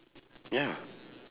ya